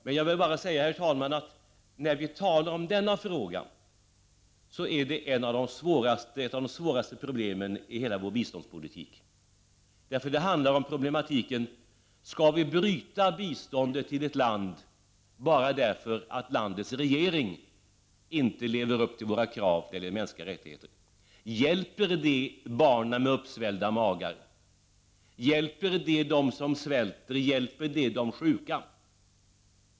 Men jag vill då bara säga, herr talman, att när vi talar om denna fråga skall vi vara medvetna om att det här är ett av de svåraste problemen i hela vår biståndspolitik. Det handlar ju om problematiken: Skall vi bryta biståndet till ett land bara därför att landets regering inte lever upp till våra krav när det gäller de mänskliga rättigheterna? Hjälper det barn med uppsvällda magar? Hjälper det dem som svälter? Hjälper det de sjuka?